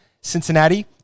cincinnati